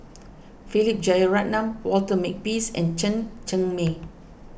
Philip Jeyaretnam Walter Makepeace and Chen Cheng Mei